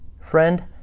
friend